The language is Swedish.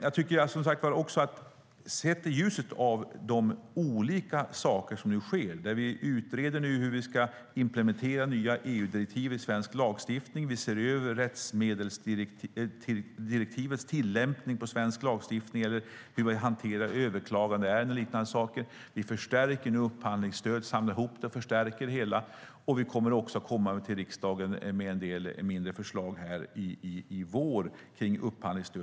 Man ska se det hela i ljuset av de olika saker som nu sker där vi utreder hur vi ska implementera nya EU-direktiv i svensk lagstiftning, ser över livsmedelsdirektivets tillämpning på svensk lagstiftning och ser över hur vi hanterar överklagandeärenden och liknande saker. Vi samlar nu ihop det hela och förstärker upphandlingsstödet, och vi kommer att komma till riksdagen med en del mindre förslag i vår om upphandlingsstöd.